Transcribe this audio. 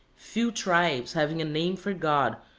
few tribes having a name for god,